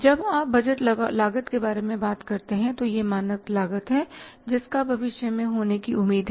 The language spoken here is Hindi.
जब आप बजट लागत के बारे में बात करते हैं तो यह मानक लागत है और जिसका भविष्य में होने की उम्मीद है